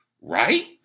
Right